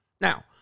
Now